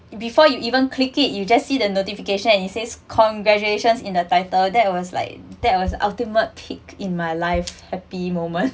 before you even click it you just see the notification and it says congratulations in a title that was like that was the ultimate tick in my life happy moment